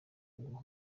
bihugu